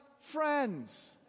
friends